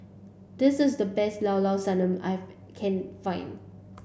this is the best Llao Llao Sanum I can find